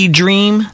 dream